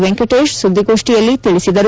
ವೆಂಕಟೇಶ್ ಸುದ್ದಿಗೋಷ್ಠಿಯಲ್ಲಿಂದು ತಿಳಿಸಿದರು